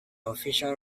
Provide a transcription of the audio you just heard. official